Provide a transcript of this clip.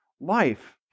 life